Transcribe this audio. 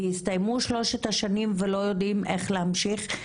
כי הסתיימו שלוש השנים ולא יודעים איך להמשיך?